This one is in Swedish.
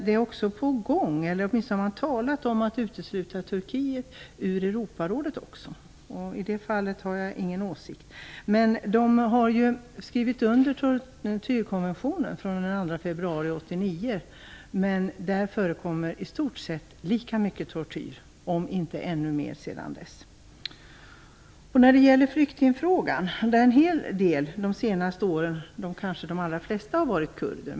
Det är också på gång, eller man har åtminstone talat om det, att utesluta Turkiet ur Europarådet. I det fallet har jag ingen åsikt. Turkiet har skrivit under tortyrkonventionen från den 2 februari 1989. Men det har förekommit i stort sett lika mycket tortyr om inte ännu mer sedan dess. Sedan till flyktingfrågan. En hel del flyktingar, kanske de allra flesta, har de senaste åren varit kurder.